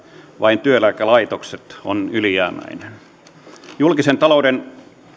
vain työeläkelaitokset on ylijäämäinen